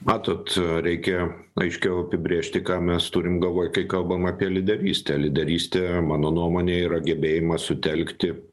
matot reikia aiškiau apibrėžti ką mes turim galvoj kai kalbam apie lyderystę lyderystė mano nuomone yra gebėjimas sutelkti